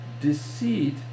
deceit